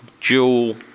dual